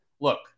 look